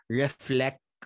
reflect